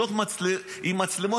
עם מצלמות,